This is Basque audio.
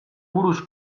buruz